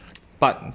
but